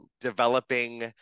developing